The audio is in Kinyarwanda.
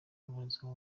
abarizwa